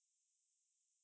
err